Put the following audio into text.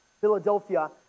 Philadelphia